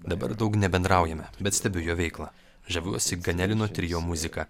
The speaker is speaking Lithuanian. dabar daug nebendraujame bet stebiu jo veiklą žaviuosi ganelino trio muzika